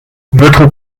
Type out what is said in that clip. votre